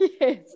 Yes